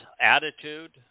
attitude